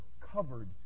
covered